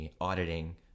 auditing –